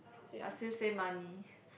I still save money